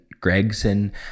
gregson